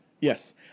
Yes